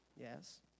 Yes